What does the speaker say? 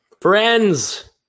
Friends